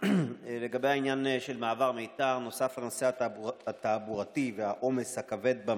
אנשים שאני מכיר באופן אישי שאיבדו